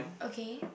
okay